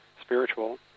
spiritual